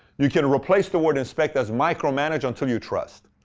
you can replace the word inspect as micromanage until you trust.